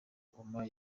ngoma